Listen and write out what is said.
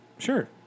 Sure